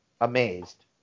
amazed